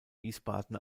wiesbaden